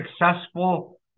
successful